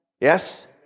Yes